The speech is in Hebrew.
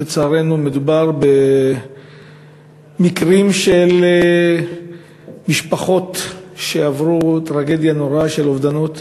לצערנו מדובר במקרים של משפחות שעברו טרגדיה נוראה של אובדנות.